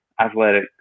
Athletic